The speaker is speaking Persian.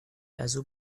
ازاو